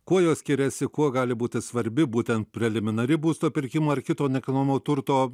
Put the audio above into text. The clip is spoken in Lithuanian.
kuo jos skiriasi kuo gali būti svarbi būtent preliminari būsto pirkimo ar kito nekilnojamo turto